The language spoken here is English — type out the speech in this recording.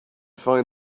find